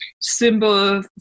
symbol